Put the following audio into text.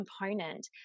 component